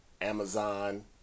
Amazon